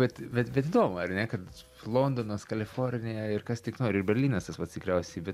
bet vet bet įdomu ar ne kad londonas kalifornija ir kas tik nori ir berlynas tas pats tikriausiai bet